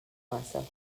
myself